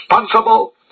responsible